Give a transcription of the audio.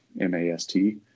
M-A-S-T